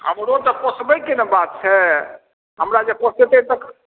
हमरो तऽ पोसबैके ने बात छै हमरा जे पोसेतै तखने